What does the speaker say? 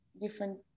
different